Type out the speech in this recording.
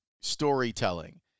storytelling